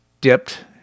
dipped